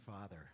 Father